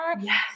Yes